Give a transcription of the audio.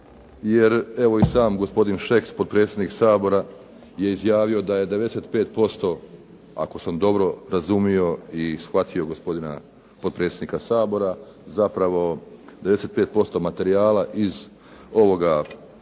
jer evo i sam gospodin Šeks, potpredsjednik Sabora, je izjavio da je 95% ako sam dobro razumio i shvatio gospodina potpredsjednika Sabora, zapravo 95% materijala iz ovoga prijedloga